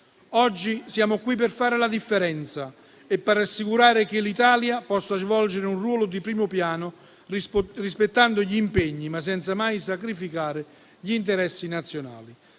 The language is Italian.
Oggi siamo qui per fare la differenza e per assicurare che l'Italia possa svolgere un ruolo di primo piano, rispettando gli impegni, ma senza mai sacrificare gli interessi nazionali.